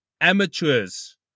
amateurs